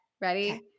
Ready